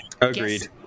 Agreed